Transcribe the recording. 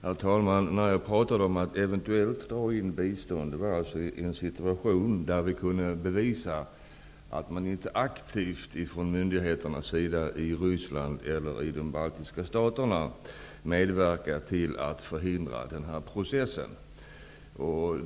Herr talman! När jag talade om att eventuellt dra in bistånd gällde det en situation där man kunde bevisa att myndigheterna i Ryssland eller i de baltiska staterna inte aktivt medverkade till att förhindra den här processen.